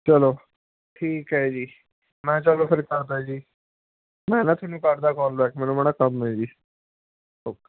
ਚਲੋ ਠੀਕ ਹੈ ਜੀ ਮੈਂ ਚਲੋ ਫਿਰ ਕਰਦਾ ਜੀ ਮੈਂ ਨਾ ਤੁਹਾਨੂੰ ਕਰਦਾ ਕਾਲ ਬੈਕ ਮੈਨੂੰ ਮੜਾ ਕੰਮ ਹੈ ਜੀ ਓਕੇ